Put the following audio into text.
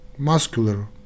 muscular